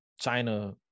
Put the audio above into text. China